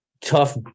tough